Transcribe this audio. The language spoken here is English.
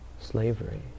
Slavery